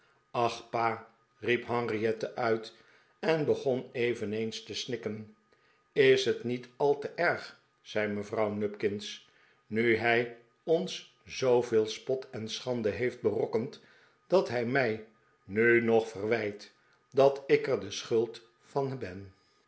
pa riep henriette uit en begon eveneens te snikken is het niet al te erg zei me vrouw nupkins nu hij ons zooveel spot en sehande he eft berokkend dat hij mij nu nog ve'rwijt dat ik er de schuld van ben